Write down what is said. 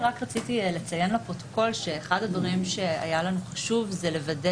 אני רוצה לציין לפרוטוקול שאחד הדברים שהיו לנו חשובים זה לוודא